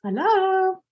hello